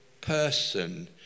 person